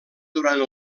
durant